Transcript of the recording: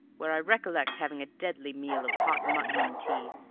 where i recollect having a deadly meal of hot mutton and tea,